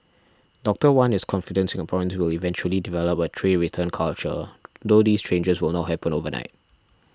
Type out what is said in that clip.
Doctor Wan is confident Singaporeans will eventually develop a tray return culture though these changes will not happen overnight